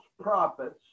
prophets